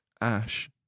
Ash